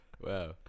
wow